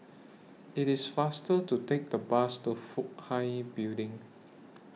IT IS faster to Take The Bus to Fook Hai Building